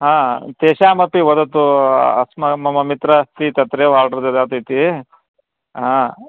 हा तेषामपि वदतु अस्मि मम मित्रः अस्ति तत्रैव आर्डर् ददाति इति हा